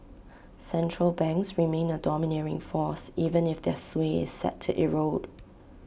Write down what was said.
central banks remain A domineering force even if their sway is set to erode